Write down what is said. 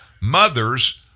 mothers